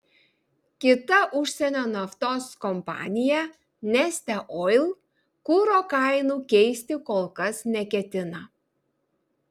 kita užsienio naftos kompanija neste oil kuro kainų keisti kol kas neketina